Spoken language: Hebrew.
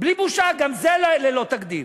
בלי בושה, וגם זה ללא תקדים.